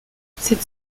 cette